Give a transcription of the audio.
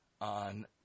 on